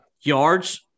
Yards